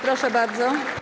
Proszę bardzo.